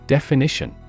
Definition